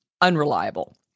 unreliable